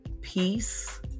peace